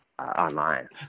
online